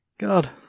God